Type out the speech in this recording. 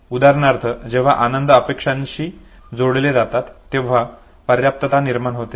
उदाहरणार्थ जेव्हा आनंद अपेक्षांशी जोडले जातात तेव्हा पर्याप्तता निर्माण होते